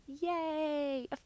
Yay